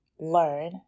learn